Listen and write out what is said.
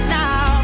now